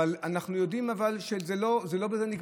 אבל אנחנו יודעים שזה לא נגמר בזה.